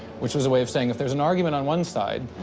which was a way of saying if there's an argument on one side,